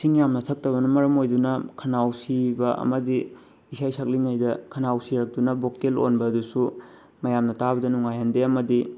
ꯏꯁꯤꯡ ꯌꯥꯝꯅ ꯊꯛꯇꯅꯕ ꯃꯔꯝ ꯑꯣꯏꯗꯨꯅ ꯈꯅꯥꯎ ꯁꯤꯕ ꯑꯃꯗꯤ ꯏꯁꯩ ꯁꯛꯂꯤꯉꯩꯗ ꯈꯅꯥꯎ ꯁꯤꯔꯛꯇꯨꯅ ꯕꯣꯀꯦꯜ ꯑꯣꯟꯕ ꯑꯗꯨꯁꯨ ꯃꯌꯥꯝꯅ ꯇꯥꯕꯗ ꯅꯨꯡꯉꯥꯏꯍꯟꯗꯦ ꯑꯃꯗꯤ